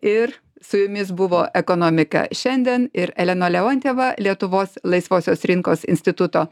ir su jumis buvo ekonomika šiandien ir elena leontjeva lietuvos laisvosios rinkos instituto